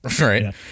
right